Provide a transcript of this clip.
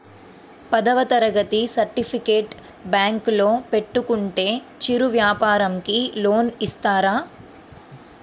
పదవ తరగతి సర్టిఫికేట్ బ్యాంకులో పెట్టుకుంటే చిరు వ్యాపారంకి లోన్ ఇస్తారా?